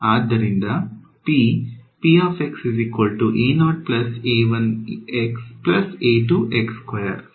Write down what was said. ಆದ್ದರಿಂದ p ಸರಿ